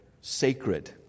sacred